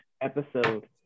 episode